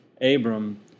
Abram